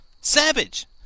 Savage